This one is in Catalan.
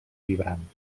vibrant